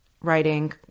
writing